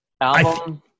album